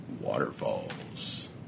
Waterfalls